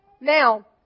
Now